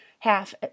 Half